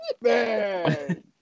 Man